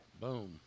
Boom